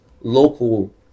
local